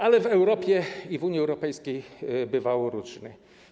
Ale w Europie i w Unii Europejskiej bywało różnie.